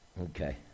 Okay